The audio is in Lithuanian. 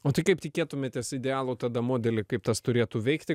o tai kaip tikėtumėtės idealų tada modelį kaip tas turėtų veikti